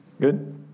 Good